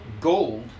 gold